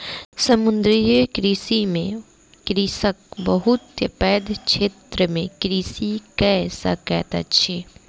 समुद्रीय कृषि में कृषक बहुत पैघ क्षेत्र में कृषि कय सकैत अछि